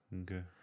Okay